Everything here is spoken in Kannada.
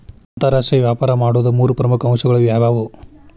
ಅಂತರಾಷ್ಟ್ರೇಯ ವ್ಯಾಪಾರ ಮಾಡೋದ್ ಮೂರ್ ಪ್ರಮುಖ ಅಂಶಗಳು ಯಾವ್ಯಾವು?